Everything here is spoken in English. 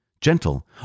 gentle